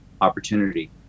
opportunity